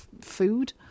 Food